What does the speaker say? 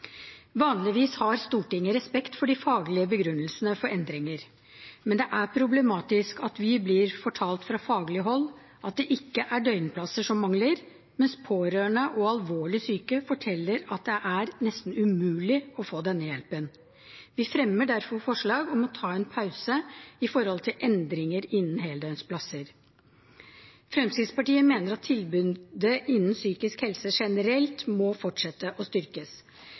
Vanligvis har Stortinget respekt for de faglige begrunnelsene for endringer. Men det er problematisk at vi blir fortalt fra faglig hold at det ikke er døgnplasser som mangler, mens pårørende og alvorlig syke forteller at det er nesten umulig å få denne hjelpen. Vi fremmer derfor forslag om å ta en pause når det gjelder endringer innen heldøgnsplasser. Fremskrittspartiet mener at tilbudet innen psykisk helse generelt må fortsette å styrkes.